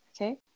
okay